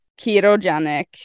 ketogenic